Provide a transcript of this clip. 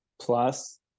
Plus